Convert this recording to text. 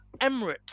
Emirates